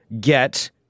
get